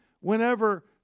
whenever